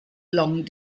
long